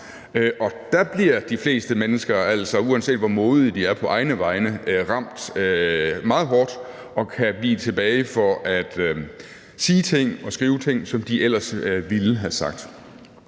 og dér bliver de fleste mennesker altså, uanset hvor modige de er på egne vegne, ramt meget hårdt og kan vige tilbage for at sige ting og skrive ting, som de ellers ville have sagt.